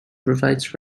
provides